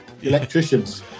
Electricians